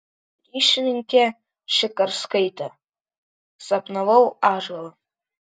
ryšininkė šikarskaitė sapnavau ąžuolą